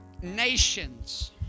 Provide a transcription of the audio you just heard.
nations